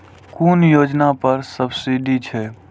कुन योजना पर सब्सिडी छै?